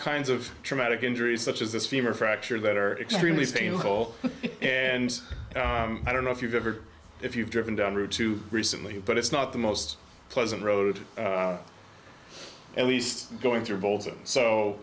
kinds of traumatic injuries such as this femur fracture that are extremely painful and i don't know if you've ever if you've driven down route two recently but it's not the most pleasant road at least going